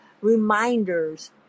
reminders